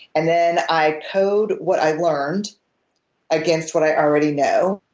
and then i code what i learned against what i already know,